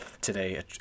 today